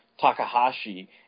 takahashi